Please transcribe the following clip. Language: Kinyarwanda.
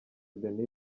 denise